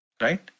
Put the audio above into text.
right